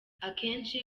akenshi